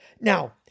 Now